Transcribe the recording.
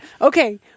Okay